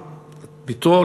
בתו,